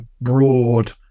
broad